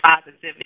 positivity